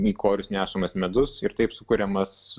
į korius nešamas medus ir taip sukuriamas